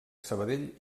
sabadell